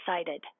excited